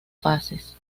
fases